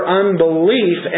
unbelief